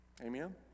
Amen